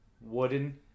wooden